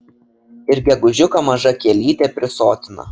ir gegužiuką maža kielytė prisotina